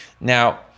Now